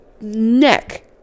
neck